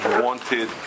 wanted